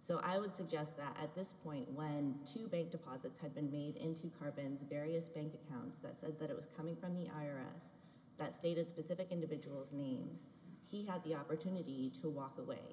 so i would suggest that at this point when two big deposits have been made into carbons various bank accounts that said that it was coming from the i or us that stated specific individuals needs he had the opportunity to walk away